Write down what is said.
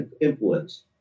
influence